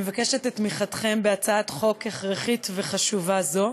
אני מבקשת את תמיכתכם בהצעת חוק הכרחית וחשובה זו.